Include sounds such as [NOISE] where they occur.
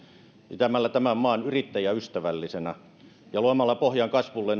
pitämällä tämän maan yrittäjäystävällisenä ja luomalla pohjan kasvulle [UNINTELLIGIBLE]